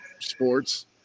sports